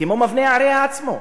כמו מבנה העירייה עצמו,